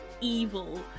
evil